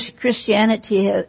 Christianity